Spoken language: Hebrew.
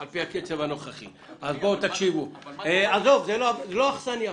עזוב, זאת לא האכסניה עכשיו.